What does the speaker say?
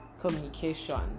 communication